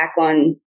on